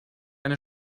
eine